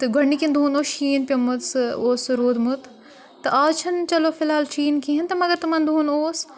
تہٕ گۄڈنِکٮ۪ن دۄہَن اوس شیٖن پیٚمُت سُہ اوس سُہ روٗدمُت تہٕ آز چھَنہٕ چَلو فِلحال شیٖن کِہیٖنۍ تہٕ مگر تمَن دۄہَن اوس